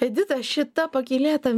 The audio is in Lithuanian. edita šita pakylėta